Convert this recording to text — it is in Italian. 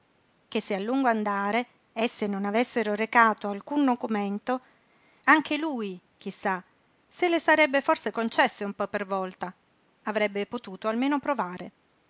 che se a lungo andare esse non avessero recato alcun nocumento anche lui chi sa se le sarebbe forse concesse un po per volta avrebbe potuto almeno provare